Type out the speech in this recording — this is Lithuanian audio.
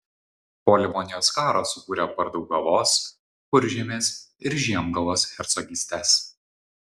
po livonijos karo sukūrė pardaugavos kuržemės ir žiemgalos hercogystes